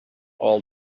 all